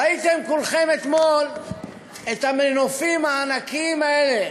ראיתם כולכם אתמול את המנופים הענקיים האלה